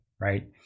right